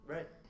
Right